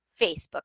Facebook